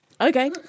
Okay